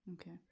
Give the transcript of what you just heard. Okay